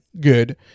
good